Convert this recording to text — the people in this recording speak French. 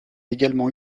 également